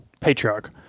patriarch